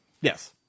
Yes